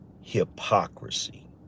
Hypocrisy